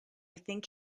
think